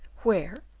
where,